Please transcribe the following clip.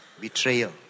betrayal